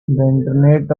internet